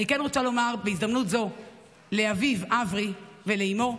אני רוצה להגיד בהזדמנות לאביו אברי ולאימו: